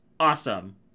Awesome